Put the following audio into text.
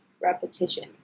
repetition